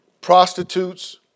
prostitutes